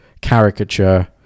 caricature